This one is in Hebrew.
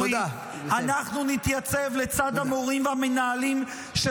אנחנו נתייצב לצד המורים והמנהלים של